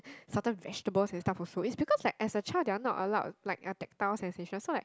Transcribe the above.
sometimes vegetables is stuff of food is because like as a child they are not allowed like a tedious and texture so like